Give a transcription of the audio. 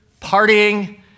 partying